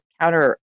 counter